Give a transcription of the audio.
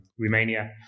Romania